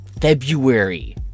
february